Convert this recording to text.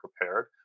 prepared